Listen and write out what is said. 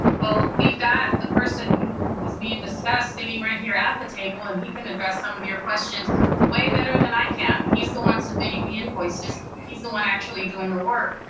well, we've got the person is being discussed sitting right here at the table, and he can address some of your questions way better than i can. he's the one submitting the invoices, he's the one actually doing the work.